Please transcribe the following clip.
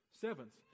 Seventh